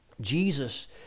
Jesus